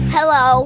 Hello